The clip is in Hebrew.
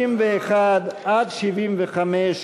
61 75,